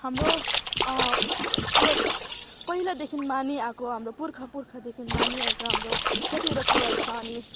हाम्रो प्रोत पहिलादेखि मानिआएको हाम्रो पुर्खा पुर्खादेख मानिआएको हाम्रो कतिवटा कुराहरू छ अनि